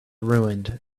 ruined